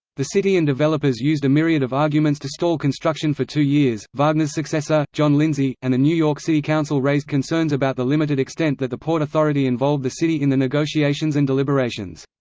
the city and developers used a myriad of arguments to stall construction for two years wagner's successor, john lindsay, and the new york city council raised concerns about the limited extent that the port authority involved the city in the negotiations and deliberations.